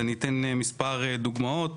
ישנן מספר דוגמאות